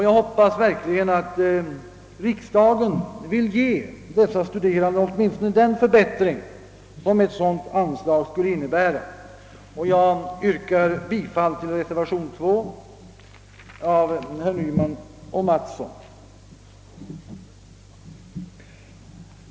Jag hoppas verkligen att riksdagen vill ge dessa studerande åtminstone den förbättring som ett sådant anslag skulle innebära, och jag yrkar därför bifall till reservationen 2 av herr Per Jacobsson m.fl.